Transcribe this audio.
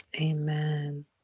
Amen